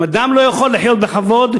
אם אדם לא יכול לחיות בכבוד,